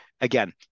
Again